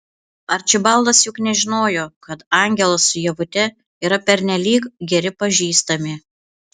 arčibaldas juk nežinojo kad angelas su ievute yra pernelyg geri pažįstami